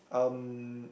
um